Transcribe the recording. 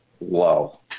low